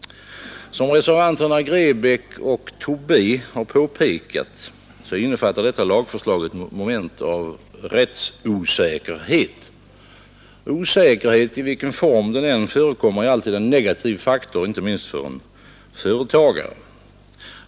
Som reservanterna herr Grebäck och herr Tobé har påpekat innefattar detta lagförslag ett moment av rättsosäkerhet. Osäkerhet i vilken form den än förekommer är i och för sig en negativ faktor, inte minst för en företagare.